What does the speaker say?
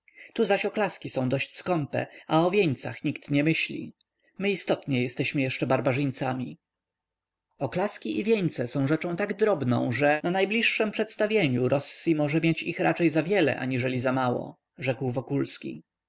tu zaś oklaski są dość skąpe a o wieńcach nikt nie myśli my istotnie jesteśmy jeszcze barbarzyńcami oklaski i wieńce są rzeczą tak drobną że na najbliższem przedstawieniu rossi może mieć ich raczej zawiele aniżeli zamało rzekł wokulski